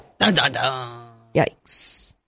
yikes